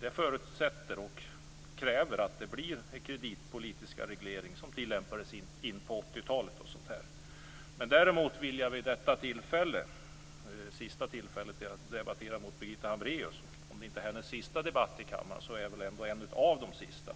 Det förutsätter och kräver att det på nytt blir den kreditpolitiska reglering som tillämpades in på 80-talet. Däremot vill jag ta vara på detta tillfälle, det sista då jag debatterar med Birgitta Hambraeus. Om det inte är hennes sista debatt i kammaren så är det väl ändå en av de sista.